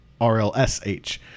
RLSH